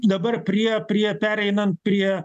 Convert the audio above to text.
dabar prie prie pereinant prie